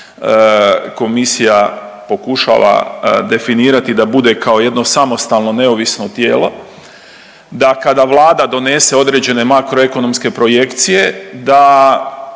Komisija pokušala definirati da bude kao jedno samostalno neovisno tijelo, da kada Vlada donese određene makroekonomske projekcije, da